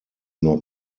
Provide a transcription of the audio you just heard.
not